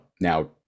now